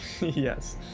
Yes